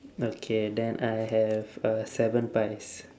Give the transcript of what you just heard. okay then I have uh seven pies